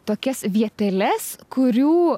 tokias vieteles kurių